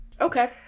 Okay